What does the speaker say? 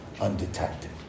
undetected